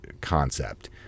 concept